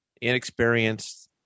inexperienced